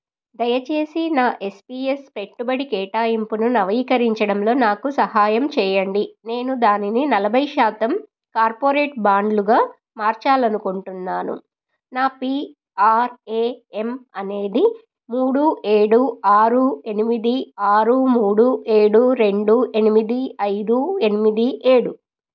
దయచేసి నా S P S పెట్టుబడి కేటాయింపును నవీకరించడంలో నాకు సహాయం చేయండి నేను దానిని నలభై శాతం కార్పొరేట్ బాండ్లుగా మార్చాలి అనుకుంటున్నాను నా పీ ఆర్ ఏ ఎం అనేది మూడు ఏడు ఆరు ఎనిమిది ఆరు మూడు ఏడు రెండు ఎనిమిది ఐదు ఎనిమిది ఏడు